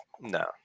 No